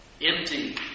Empty